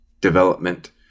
development